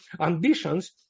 ambitions